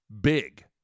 big